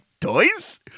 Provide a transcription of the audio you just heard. toys